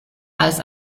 als